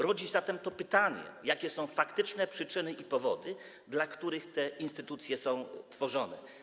Rodzi to pytanie: Jakie są faktyczne przyczyny i powody, dla których te instytucje są tworzone?